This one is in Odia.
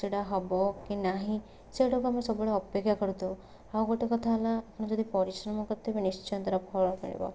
ସେଇଟା ହେବ କି ନାହିଁ ସେଇଟାକୁ ଆମେ ସବୁବେଳେ ଅପେକ୍ଷା କରିଥାଉ ଆଉ ଗୋଟେ କଥା ହେଲା ଯଦି ପରିଶ୍ରମ କରିଥିବା ନିଶ୍ଚୟ ତାର ଫଳ ମିଳିବ